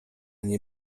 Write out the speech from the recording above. nie